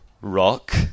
rock